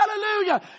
Hallelujah